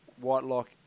Whitelock